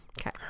Okay